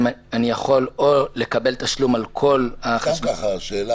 אני יכול או לקבל תשלום על כל החשמל --- סתם שאלה,